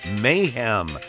Mayhem